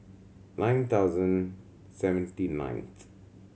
nine thousand seventy ninth